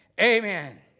amen